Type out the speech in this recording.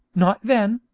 not then,